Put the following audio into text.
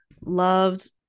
loved